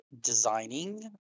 designing